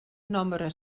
nombre